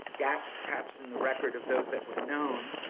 gaps perhaps in the record of those that were known,